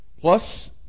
plus